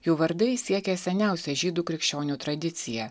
jų vardai siekia seniausią žydų krikščionių tradiciją